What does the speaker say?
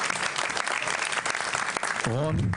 רון,